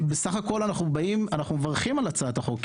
אנחנו מברכים על הצעת החוק הזאת.